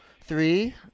Three